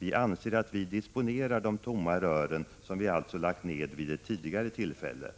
Vi anser att vi disponerar de tomma rören, som vi alltså lagt ned vid ett tidigare tillfälle.”